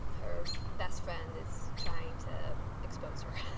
her best friend is trying to expose her